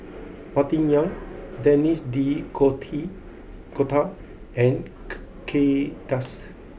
Martin Yan Denis D' coty Cotta and Kay Das